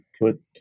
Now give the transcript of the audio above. put